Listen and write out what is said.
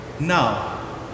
Now